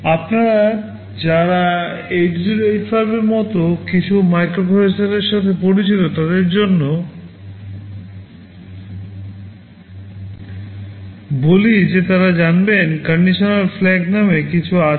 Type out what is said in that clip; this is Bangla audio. আপনারা যারা 8085 এর মতো কিছু মাইক্রোপ্রসেসরের সাথে পরিচিত তাদের জন্য বলি যে তারা জানবেনকন্ডিশানাল ফ্ল্যাগ নামে কিছু আছে